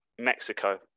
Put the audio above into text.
mexico